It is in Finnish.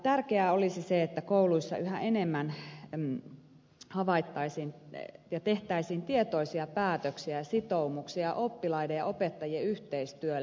tärkeää olisi se että kouluissa yhä enemmän havaittaisiin kiusaamistapauksia ja tehtäisiin tietoisia päätöksiä ja sitoumuksia oppilaiden ja opettajien yhteistyöllä